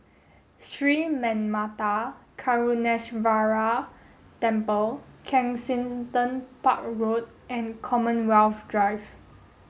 Sri Manmatha Karuneshvarar Temple Kensington Park Road and Commonwealth Drive